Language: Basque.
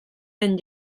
den